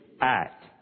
act